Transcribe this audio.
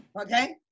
Okay